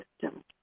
system